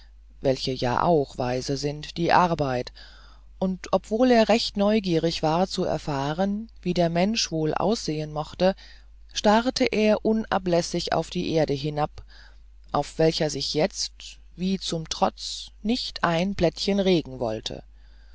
welche ja auch weise sind die arbeit und obwohl er recht neugierig war zu erfahren wie der mensch wohl aussehen mochte starrte er unablässig auf die erde hinab auf welcher sich jetzt wie zum trotz nicht ein blättchen regen wollte